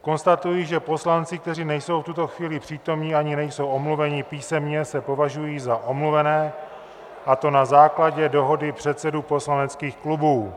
Konstatuji, že poslanci, kteří nejsou v tuto chvíli přítomni ani nejsou omluveni písemně, se považují za omluvené, a to na základě dohody předsedů poslaneckých klubů.